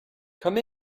come